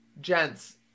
Gents